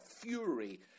fury